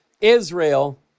Israel